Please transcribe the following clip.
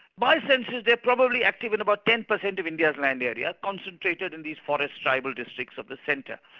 my sense is they're probably active in about ten percent of india's land area, concentrated in these forest tribal districts of the centre.